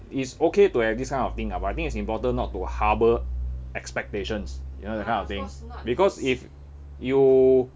it's okay to have this kind of thing ah but I think it's important to not harbour expectations you know that kind of thing because if you